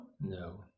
No